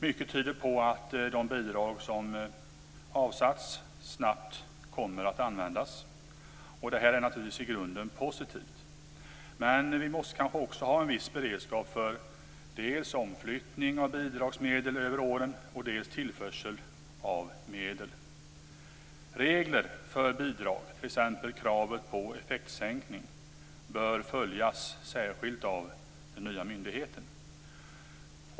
Mycket tyder på att de bidrag som har avsatts snabbt kommer att användas, och det är naturligtvis i grunden positivt. Men vi måste kanske också ha en viss beredskap för dels omflyttning av bidragsmedel över åren, dels för tillförsel av medel. Regler för bidrag, t.ex. kravet på effektsänkning, bör följas särskilt av den nya myndigheten.